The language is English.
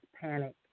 panic